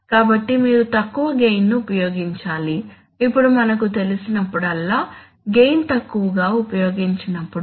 కాబట్టి మీరు తక్కువ గెయిన్ ను ఉపయోగించాలి ఇప్పుడు మనకు తెలిసినప్పుడల్లా గెయిన్ తక్కువ గా ఉపయోగించినప్పుడు